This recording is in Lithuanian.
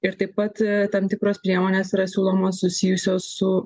ir taip pat tam tikros priemonės yra siūlomos susijusios su